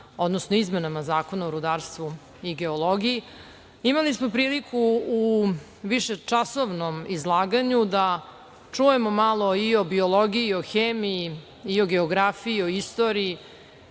odnosno, izmenama Zakona o rudarstvu i geologiji. Imali smo priliku u višečasovnom izlaganju da čujemo malo i o biologiji, i o hemiji, i o geografiji, o istoriji,